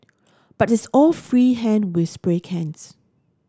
but it's all free hand with spray cans